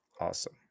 Awesome